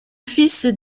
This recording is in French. fils